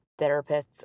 therapists